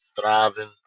thriving